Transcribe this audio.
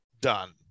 done